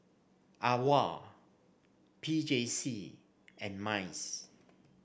AWOL P J C and MICE